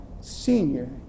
senior